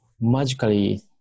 magically